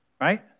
Right